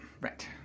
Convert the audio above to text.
Right